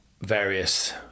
various